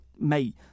mate